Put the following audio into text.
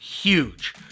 huge